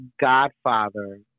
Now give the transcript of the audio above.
godfather